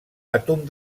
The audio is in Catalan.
àtom